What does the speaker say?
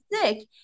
sick